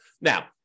Now